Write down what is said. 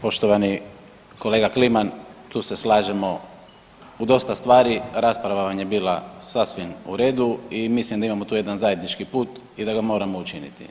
Poštovani kolega Kliman tu se slažemo u dosta stvari, rasprava vam je bila sasvim u redu i mislim da imamo tu jedan zajednički put i da ga moramo učiniti.